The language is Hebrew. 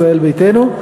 ישראל ביתנו,